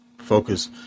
focus